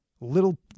Little